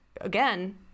again